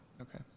Okay